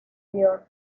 york